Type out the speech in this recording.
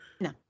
No